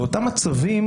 באותם מצבים